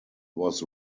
was